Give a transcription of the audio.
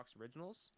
originals